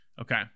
Okay